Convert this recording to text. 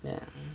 ya